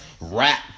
rap